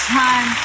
time